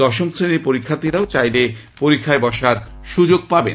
দশম শ্রেণীর পরীক্ষার্থীরাও চাইলে পরীক্ষায় বসার সুযোগ পাবেন